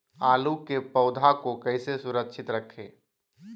आलू के पौधा को कैसे सुरक्षित रखें?